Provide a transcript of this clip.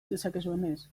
dezakezuenez